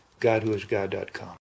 GodWhoIsGod.com